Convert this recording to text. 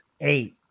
eight